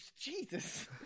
Jesus